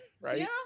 right